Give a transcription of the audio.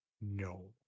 No